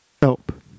help